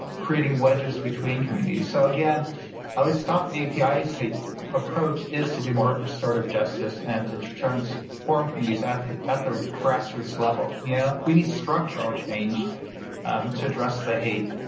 creating wedges between communities, so again at least stop api hate approach is to do more restorative justice and to to transform um communities at the at the grassroots level you know. we need structural change to address the hate,